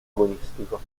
agonistico